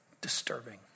disturbing